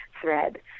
thread